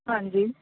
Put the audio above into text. ਹਾਂਜੀ